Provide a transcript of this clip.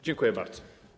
Dziękuję bardzo.